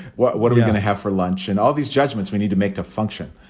what what are we going to have for lunch and all these judgments we need to make to function.